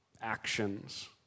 actions